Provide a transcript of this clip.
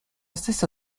stessa